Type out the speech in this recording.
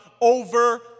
over